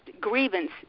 grievance